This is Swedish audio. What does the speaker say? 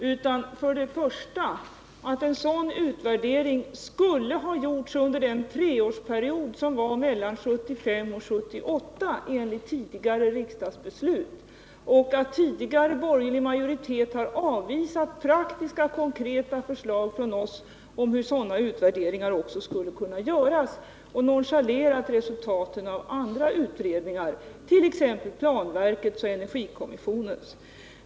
Poängen är för det första att en sådan utvärdering skulle ha gjorts under treårsperioden 1975-1978, enligt tidigare riksdagsbeslut, och att den borgerliga majoriteten har avvisat praktiska konkreta förslag från oss om hur sådana utvärderingar skulle kunna göras och också nonchalerat resultaten av andra — Nr 52 utredningar, t.ex. planverkets och energikommissionens.